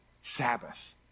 Sabbath